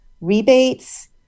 rebates